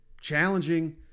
challenging